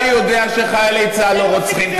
אתה יודע שחיילי צה"ל לא רוצחים.